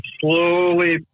slowly